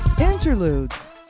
Interludes